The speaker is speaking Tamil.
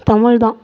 தமிழ் தான்